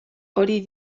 hori